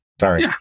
sorry